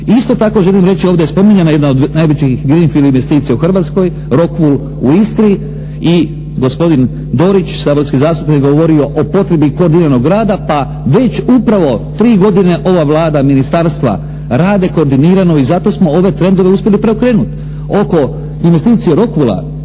isto tako želim reći ovdje, spominjana je jedna od najvećih green fild investicija u Hrvatskoj, Rokul u Istri i gospodin Dorić saborski zastupnik govorio o potrebi koordiniranog rada pa već upravo tri godine ova Vlada ministarstva rade koordinirano i zato smo ove trendove uspjeli preokrenuti. Oko investicija Rokula